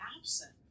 absent